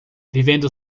vivendo